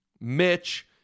Mitch